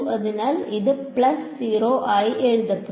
അതിനാൽ ഇത് പ്ലസ് 0 ആയി എഴുതപ്പെടും